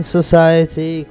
Society